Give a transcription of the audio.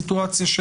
הסיטואציה?